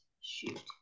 shoot